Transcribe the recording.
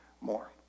more